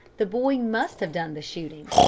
the boy must have done the shooting.